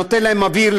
שנותן להם אוויר,